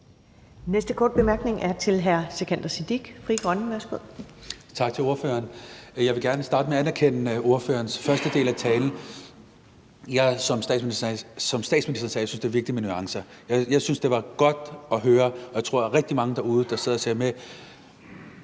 Næste korte bemærkning er til hr. Sikandar Siddique, Frie Grønne. Værsgo. Kl. 11:27 Sikandar Siddique (FG): Tak til ordføreren. Jeg vil gerne starte med at anerkende ordførerens første del af talen. Jeg synes, ligesom statsministeren sagde, at det er vigtigt med nuancer. Jeg syntes, det var godt at høre, og jeg tror, at rigtig mange, der sidder derude og ser med,